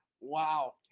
Wow